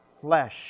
flesh